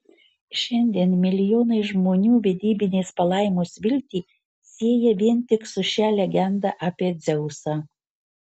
šiandien milijonai žmonių vedybinės palaimos viltį sieja vien tik su šia legenda apie dzeusą